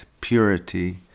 purity